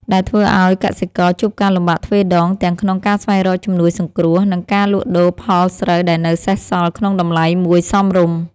ដែលធ្វើឱ្យកសិករជួបការលំបាកទ្វេដង ទាំងក្នុងការស្វែងរកជំនួយសង្គ្រោះ និងការលក់ដូរផលស្រូវដែលនៅសេសសល់ក្នុងតម្លៃមួយសមរម្យ។